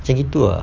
macam gitu ah